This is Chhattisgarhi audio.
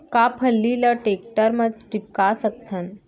का फल्ली ल टेकटर म टिपका सकथन?